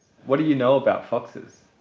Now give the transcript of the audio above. what do you know about foxes?